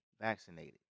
vaccinated